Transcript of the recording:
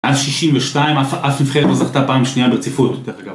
אף שישים ושתיים, אף נבחרת לא זכתה פעם שנייה ברציפות.